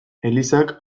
elizak